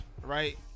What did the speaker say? right